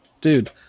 Dude